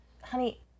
Honey